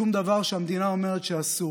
שום דבר שהמדינה אומרת שאסור.